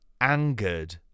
angered